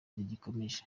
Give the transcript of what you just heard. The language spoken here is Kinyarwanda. rigikomeje